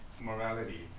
morality